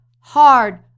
hard